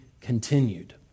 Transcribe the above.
continued